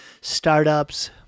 startups